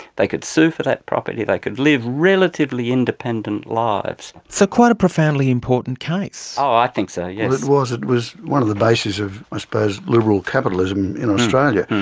they could sue for that property, they could live relatively independent lives. so quite a profoundly important case. oh i think so, yes. it was, it was one of the bases of i suppose liberal capitalism in australia.